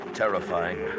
terrifying